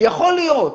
שיכול להיות,